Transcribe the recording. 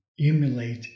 emulate